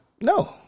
No